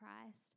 Christ